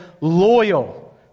loyal